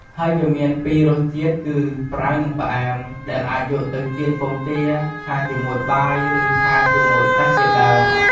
ហេីយវាមានពីររសជាតិគឺ ប្រៃ និង ផ្អែម ដែលអាចយកទៅចៀនពងទា ឆាជាមួយបាយ ឬ ឆាជាមួយសាច់ជាដេីម។